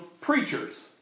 preachers